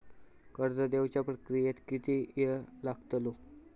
कर्ज देवच्या प्रक्रियेत किती येळ लागतलो?